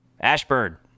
Ashburn